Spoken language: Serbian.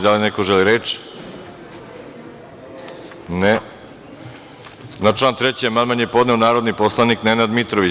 Da li neko želi reč? (Ne) Na član 3. amandman je podneo narodni poslanik Nenad Mitrović.